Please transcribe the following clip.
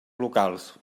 locals